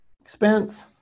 Expense